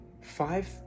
five